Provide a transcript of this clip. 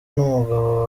n’umugabo